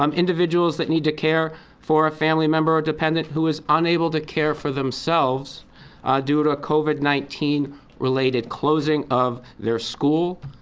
um individuals that need to care for a family member or dependent who is unable to care for themselves due to covid nineteen related closing of their school,